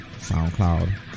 SoundCloud